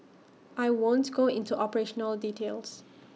I won't go into operational details